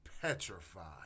petrified